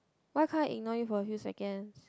why can't I ignore you for a few seconds